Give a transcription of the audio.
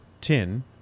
tin